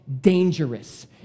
dangerous